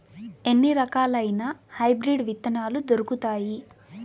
ఎన్ని రకాలయిన హైబ్రిడ్ విత్తనాలు దొరుకుతాయి?